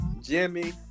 Jimmy